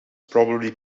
probably